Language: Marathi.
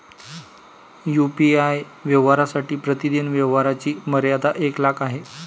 यू.पी.आय व्यवहारांसाठी प्रतिदिन व्यवहारांची मर्यादा एक लाख आहे